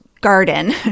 garden